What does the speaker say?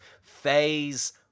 phase